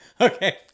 okay